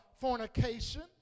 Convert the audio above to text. fornication